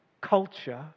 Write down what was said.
culture